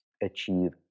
achieve